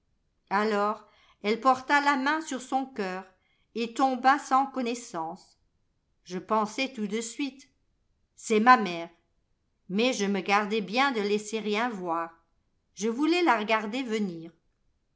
alors elle porta la main sur son cœur et tomba sans connaissance je pensai tout de suite c'est ma mère mais je me gardai bien de laisser rien voir je voulais la regarder venir